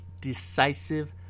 decisive